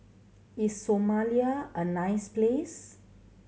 is Somalia a nice place